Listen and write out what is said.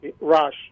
Rush